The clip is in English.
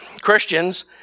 Christians